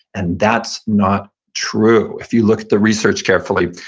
and that's not true. if you look at the research carefully,